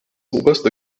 oberste